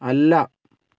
അല്ല